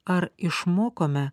ar išmokome